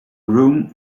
room